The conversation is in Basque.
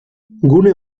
gune